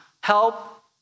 help